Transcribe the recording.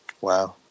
Wow